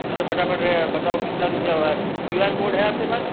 मुझे फटाफट बताओ कितना रुपया हुआ है क्यू आर कोड है आपके पास